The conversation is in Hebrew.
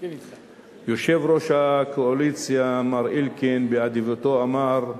יושב-ראש הקואליציה, מר אלקין, באדיבותו אמר,